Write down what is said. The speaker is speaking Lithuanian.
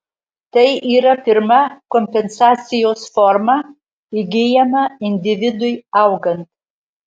tai yra pirma kompensacijos forma įgyjama individui augant